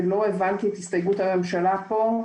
ולא הבנתי את הסתייגות הממשלה פה,